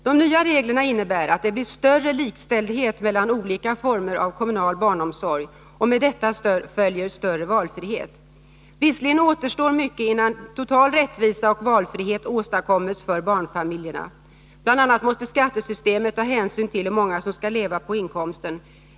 De nya reglerna innebär att det blir större likställdhet mellan olika former av kommunal barnomsorg, och med detta följer större valfrihet. Visserligen återstår mycket innan total rättvisa och valfrihet åstadkoms för barnfamiljerna. Bl. a. måste skattesystemet ta hänsyn till hur många som skall leva på inkomsten.